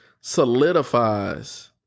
solidifies